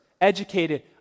educated